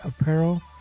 apparel